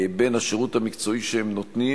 חברי הכנסת ותנאיהם.